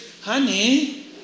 Honey